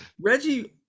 Reggie